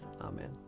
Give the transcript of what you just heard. Amen